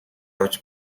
явж